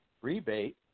rebate